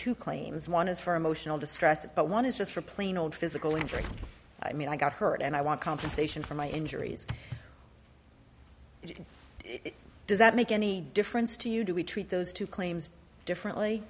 two claims one is for emotional distress but one is just for plain old physical injury i mean i got hurt and i want compensation for my injuries does that make any difference to you do we treat those two claims differently